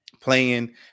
playing